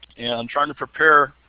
and trying to prepare